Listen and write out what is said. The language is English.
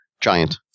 giant